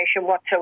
whatsoever